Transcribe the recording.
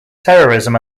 terrorism